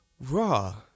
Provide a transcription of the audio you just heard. Raw